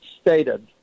stated